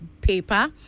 paper